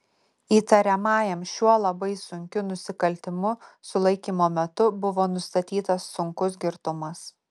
įtariamajam šiuo labai sunkiu nusikaltimu sulaikymo metu buvo nustatytas sunkus girtumas